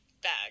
bag